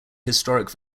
historic